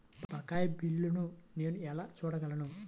బకాయి బిల్లును నేను ఎలా చూడగలను?